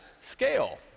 scale